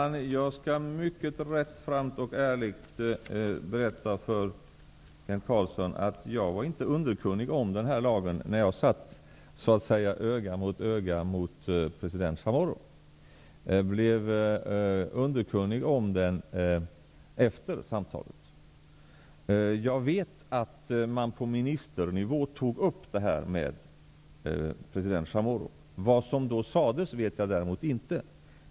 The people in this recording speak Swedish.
Herr talman! Jag skall rättframt och ärligt berätta för Kent Carlsson att jag inte var underkunnig om den här lagen när jag satt öga mot öga med president Chamorro. Jag blev underkunnig om den efter samtalet. Jag vet att man på ministernivå tog upp frågan med president Chamorro. Vad som då sades vet jag däremot inte.